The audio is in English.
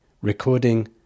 recording